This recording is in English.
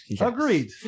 Agreed